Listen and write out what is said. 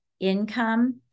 Income